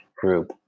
group